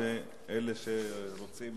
ועל אחת כמה וכמה את אלה שרוצים